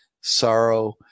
sorrow